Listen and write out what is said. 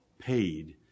paid